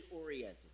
oriented